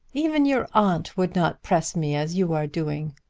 even your aunt would not press me as you are doing.